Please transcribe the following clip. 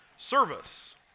service